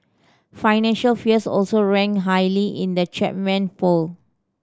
financial fears also ranked highly in the Chapman poll